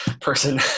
person